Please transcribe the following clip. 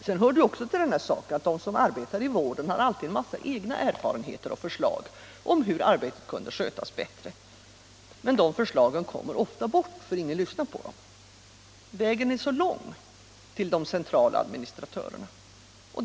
Till saken hör också att de som arbetar i vården alltid har en mängd egna erfarenheter och förslag om hur deras arbete kunde skötas bättre. Men dessa förslag kommer ofta bort för att ingen lyssnar på dem. Vägen är så lång till de centrala administratörerna.